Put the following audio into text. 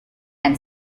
and